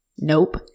Nope